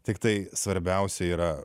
tiktai svarbiausia yra